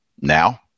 now